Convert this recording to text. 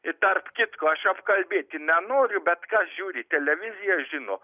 ir tarp kitko aš apkalbėti nenoriu bet kas žiūri televiziją žino